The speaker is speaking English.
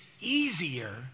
easier